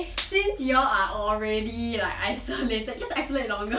since you all are already like isolated just isolate longer